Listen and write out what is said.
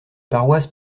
paroisse